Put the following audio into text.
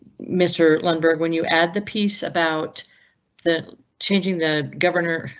mr. lundberg, when you add the piece about the changing the governor,